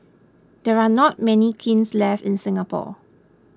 there are not many kilns left in Singapore